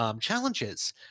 challenges